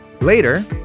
Later